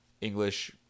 English